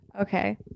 Okay